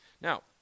Now